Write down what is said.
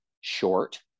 short